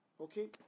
okay